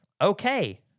Okay